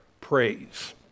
Praise